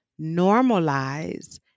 normalize